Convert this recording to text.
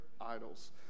idols